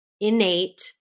innate